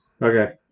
Okay